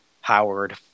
Howard